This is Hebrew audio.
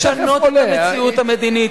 צריך לשנות את המציאות המדינית.